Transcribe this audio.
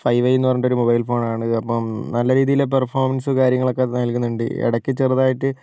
five A എന്ന് പറഞ്ഞിട്ടൊരു mobile ഫോണാണിത് അപ്പം നല്ല രീതിയിൽ പെർഫോമൻസ് കാര്യങ്ങളൊക്കെ നൽകുന്നുണ്ട് ഇടക്ക് ചെറുതായിട്ട്